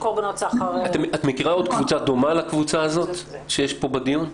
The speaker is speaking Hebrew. את מכירה עוד קבוצה דומה לזאת שאנחנו דנים בה?